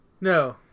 No